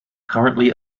currently